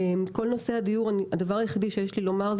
כל נושא הדיור הדבר היחיד שיש לי לומר,